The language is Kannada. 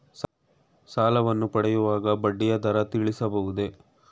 ಸಾಲವನ್ನು ಪಡೆಯುವಾಗ ಬಡ್ಡಿಯ ದರ ತಿಳಿಸಬಹುದೇ?